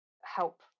help